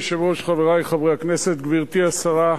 אדוני היושב-ראש, חברי חברי הכנסת, גברתי השרה,